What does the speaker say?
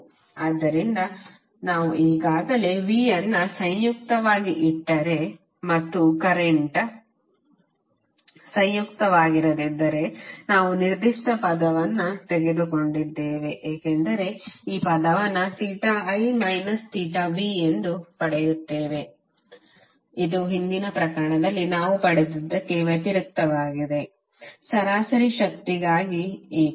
ಆದ್ದರಿಂದ ನಾವು ಈಗಾಗಲೇ V ಅನ್ನು ಸಂಯುಕ್ತವಾಗಿ ಇಟ್ಟರೆ ಮತ್ತು ಕರೆಂಟ್ ಸಂಯುಕ್ತವಾಗಿರದಿದ್ದರೆ ನಾವು ನಿರ್ದಿಷ್ಟ ಪದವನ್ನು ಪಡೆದುಕೊಂಡಿದ್ದೇವೆ ಏಕೆಂದರೆ ನಾವು ಈ ಪದವನ್ನು theta I minus theta V ಎಂದು ಪಡೆಯುತ್ತೇವೆ ಇದು ಹಿಂದಿನ ಪ್ರಕರಣದಲ್ಲಿ ನಾವು ಪಡೆದದ್ದಕ್ಕೆ ವ್ಯತಿರಿಕ್ತವಾಗಿದೆ ಸರಾಸರಿ ಶಕ್ತಿಗಾಗಿ ಏಕೆ